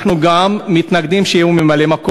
אנחנו מתנגדים גם שהוא יהיה ממלא-מקום,